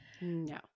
no